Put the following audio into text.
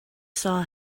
saw